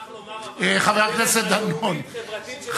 אבל הוא שכח לומר שהדרך הלאומית-חברתית של,